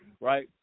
Right